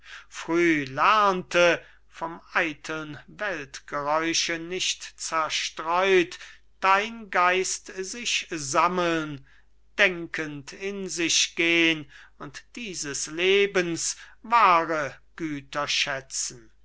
lernte vom eiteln weltgeräusche nicht zerstreut dein geist sich sammeln denkend in sich gehn und diesen lebens wahre güter